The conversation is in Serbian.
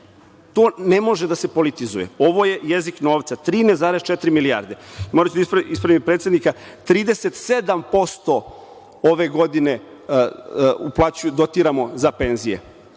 To ne može da se politizuje, ovo je jezik novca - 13,4 milijarde. Moraću da ispravim predsednika, 37% ove godine dotiramo za penzije,